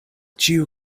ĉiu